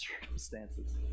circumstances